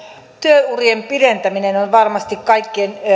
työurien pidentäminen on varmasti kaikkien